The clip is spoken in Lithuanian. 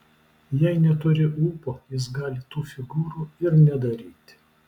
jei neturi ūpo jis gali tų figūrų ir nedaryti